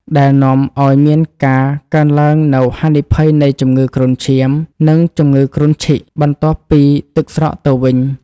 ដែលនាំឱ្យមានការកើនឡើងនូវហានិភ័យនៃជំងឺគ្រុនឈាម និងជំងឺគ្រុនឈីកបន្ទាប់ពីទឹកស្រកទៅវិញ។